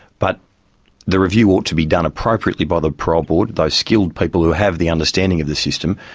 but the review ought to be done appropriately by the parole board, those skilled people who have the understanding of the system,